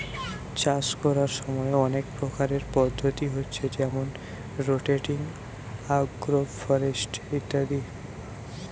চাষ কোরার সময় অনেক প্রকারের পদ্ধতি হচ্ছে যেমন রটেটিং, আগ্রফরেস্ট্রি ইত্যাদি